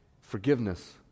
forgiveness